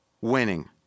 winning